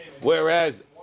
Whereas